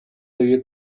对于